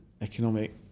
economic